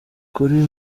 ukuri